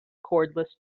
cordless